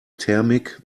thermik